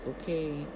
okay